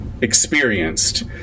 experienced